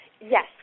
Yes